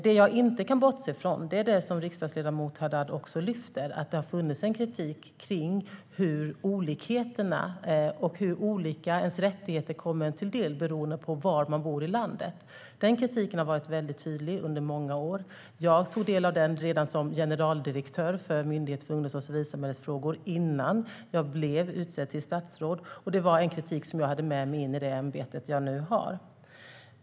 Det jag inte kan bortse från är det som riksdagsledamot Haddad också lyfter upp om att det har funnits en kritik av hur olika rättigheterna kommer en till del beroende på var i landet man bor. Denna kritik har varit tydlig under många år. Jag tog del av den redan som generaldirektör för Myndigheten för ungdoms och civilsamhällesfrågor innan jag blev utsedd till statsråd, och jag hade med mig kritiken in i det ämbete jag nu har.